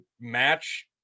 match